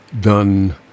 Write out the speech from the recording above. done